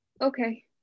Okay